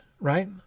right